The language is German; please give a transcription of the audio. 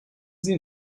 sie